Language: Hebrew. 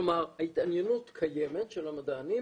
כלומר ההתעניינות של המדענים קיימת,